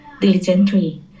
diligently